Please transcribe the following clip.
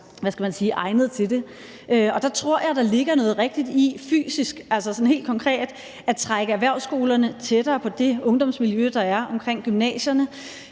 hvad skal man sige, egnet til det. Og der tror jeg, der ligger noget rigtigt i fysisk, altså sådan helt konkret, at trække erhvervsskolerne tættere på det ungdomsmiljø, der er omkring gymnasierne.